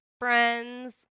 friends